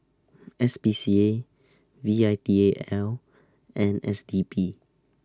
S P C A V I T A L and S D P